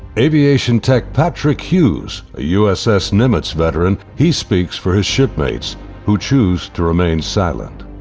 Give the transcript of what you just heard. aviation tech patrick hughes, a uss nimitz veteran, he speaks for his shipmates who choose to remain silent.